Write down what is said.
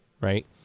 right